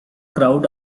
crowd